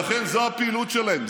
לכן, זאת הפעילות שלהם.